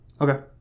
Okay